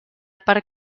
per